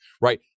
Right